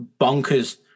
bonkers